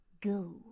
go